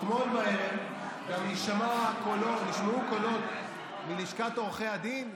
אתמול בערב גם נשמעו קולות מלשכת עורכי הדין.